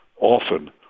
often